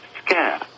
scare